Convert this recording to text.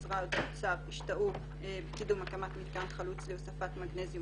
משרד האוצר השתהו בקידום הקמת מתקן חלוץ להוספת מגנזיום